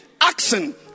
Action